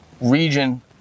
region